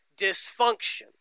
dysfunction